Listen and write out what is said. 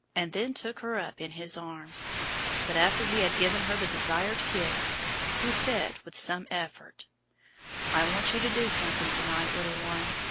and then took her up in his arms but after he had given her the desired kiss he said, with some effort i want you to do something to-night, little one.